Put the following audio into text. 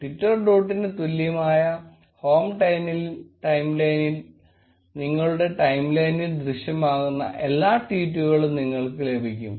Twitter ഡോട്ടിന് തുല്യമായ home ടൈംലൈനിൽ നിങ്ങളുടെ ടൈംലൈനിൽ ദൃശ്യമാകുന്ന എല്ലാ ട്വീറ്റുകളും നിങ്ങൾക്ക് ലഭിക്കും